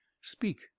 speak